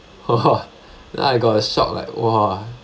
!wah! then I got a shock like !wah!